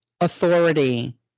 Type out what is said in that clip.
Authority